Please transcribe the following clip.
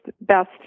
best